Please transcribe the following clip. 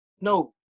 no